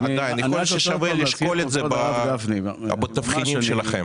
אני חושב ששווה לשקול את זה בתבחינים שלכם.